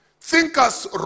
Thinkers